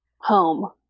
home